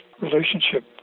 relationship